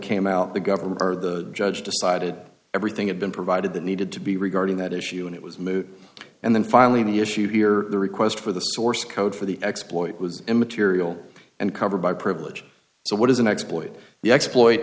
came out the government or the judge decided everything had been provided that needed to be regarding that issue and it was moot and then finally the issue here the request for the source code for the exploit was immaterial and covered by privilege so what is an exploit the exploit